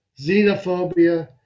xenophobia